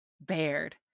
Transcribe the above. bared